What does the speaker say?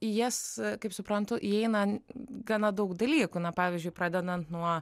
į jas kaip suprantu įeina gana daug dalykų na pavyzdžiui pradedant nuo